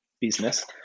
business